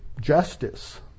justice